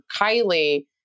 Kylie